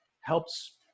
helps